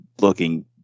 looking